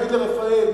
נגיד לרפא"ל,